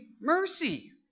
mercy